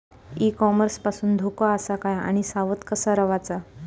E commerce पासून धोको आसा काय आणि सावध कसा रवाचा?